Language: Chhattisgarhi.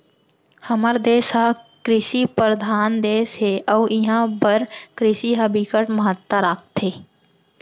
हमर देस ह कृषि परधान देस हे अउ इहां बर कृषि ह बिकट महत्ता राखथे